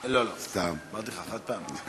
אה, סגן השר הזה.